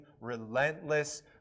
relentless